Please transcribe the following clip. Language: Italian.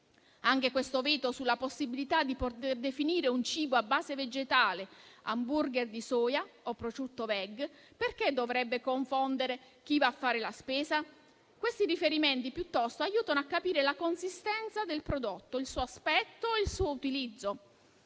Anche il veto sulla possibilità di poter definire un cibo a base vegetale *hamburger* di soia o prosciutto *veg* perché dovrebbe confondere chi va a fare la spesa? Questi riferimenti piuttosto aiutano a capire la consistenza del prodotto e il suo aspetto e il suo utilizzo.